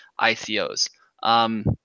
ICOs